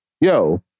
yo